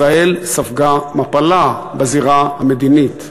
ישראל ספגה מפלה בזירה המדינית.